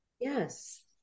Yes